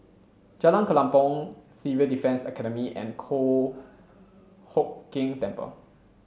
Jalan Kelempong Civil Defence Academy and Kong Hock Keng Temple